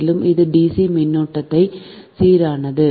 மேலும் இது dc மின்னோட்டத்திற்கு சீரானது